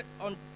on